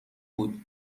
بود